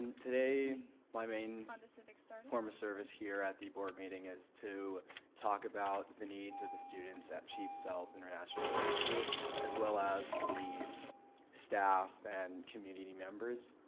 today my main form of service here at the board meeting is to talk talk about the needs of the students at chief sealth international high school as well as the staff and community members.